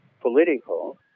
political